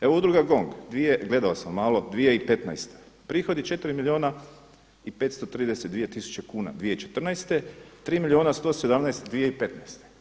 Evo udruga GONG, gledao sam malo, 2015. prihod je 4 milijuna i 532 tisuće kuna, 2014. 3 milijuna 117 2015.